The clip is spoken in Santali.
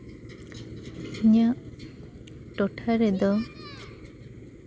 ᱤᱧᱟᱹᱜ ᱴᱚᱴᱷᱟ ᱨᱮᱫᱚ